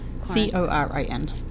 C-O-R-I-N